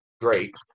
great